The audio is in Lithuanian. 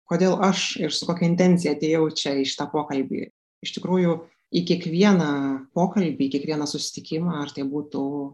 kodėl aš ir su kokia intencija atėjau čia į šitą pokalbį iš tikrųjų į kiekvieną pokalbį kiekvieną susitikimą ar tai būtų